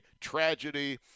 tragedy